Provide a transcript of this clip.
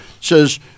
says